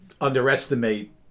underestimate